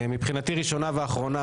מבחינתי ראשונה ואחרונה,